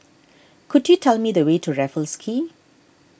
could you tell me the way to Raffles Quay